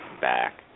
back